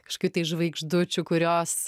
kažkaip tai žvaigždučių kurios